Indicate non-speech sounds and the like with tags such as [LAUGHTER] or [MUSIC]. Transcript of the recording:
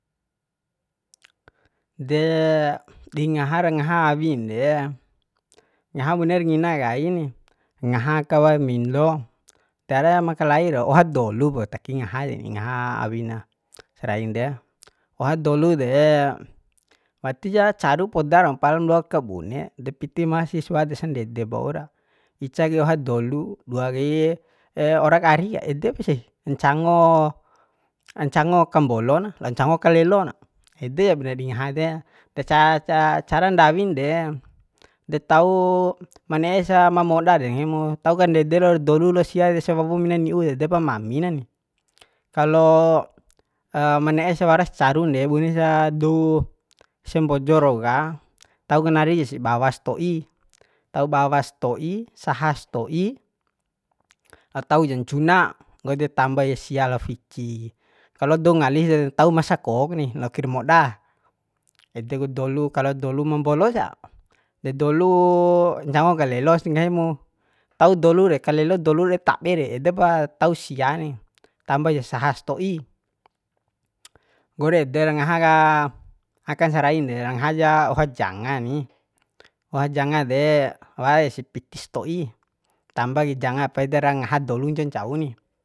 [NOISE] de [HESITATION] di ngaha ra ngaha awin de [NOISE] ngaha buner ngina kaini ngaha ka warmindo tiara weama kalai rau oha dolup taki ngaha deni ngaha awina [NOISE] saran de [NOISE] oha dolu de [HESITATION] wati ja caru poda raun palam loa kabune de piti mahasiswa de sandedep waura ica kai oha dolu dua kai [HESITATION] orak arik edep sih ncango [NOISE] ncango kambolo na lao cango kalelo na edejap ndadi ngaha de de ca [HESITATION] cara ndawin de de tau [NOISE] ma ne'e sa ma moda de nggahimu tau kandede ro dolu lao sia de ese wawo mina ni'u de edepa mami nani [NOISE] kalo [HESITATION] ma ne'esa waras carun de bune sa dou [NOISE] se mbojo rau ka tau kanari ja sih bawa sto'i tau bawa sto'i saha sto'i [NOISE] tauja ncuna nggo ede tamba kai sia lao fici kalo dou ngali sa tau masako kuni loakir moda ede ku dolu kalo dolu ma mbolo sa de dolu ncango kalelos nggahi mu tau dolu re kalelo delu dei tabe re edepa tau sia ni tamba ja saha sto'i nggori ede ra ngaha ka [HESITATION] akan sarain de ra ngaha ja oha janga ni oha janga de [HESITATION] waras piti stoi tamba kai janga paidara ngaha dolu ncancau ni